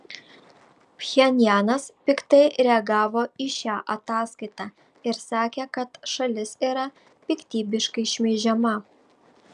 pchenjanas piktai reagavo į šią ataskaitą ir sakė kad šalis yra piktybiškai šmeižiama